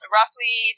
roughly